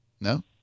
No